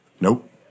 Nope